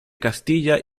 castilla